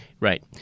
Right